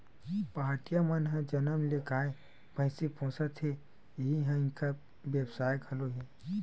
पहाटिया मन ह जनम ले गाय, भइसी पोसत हे इही ह इंखर बेवसाय घलो हे